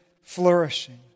flourishing